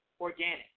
organic